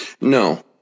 No